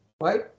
right